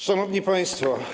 Szanowni Państwo!